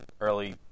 early